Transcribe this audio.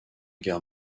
guerre